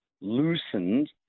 loosened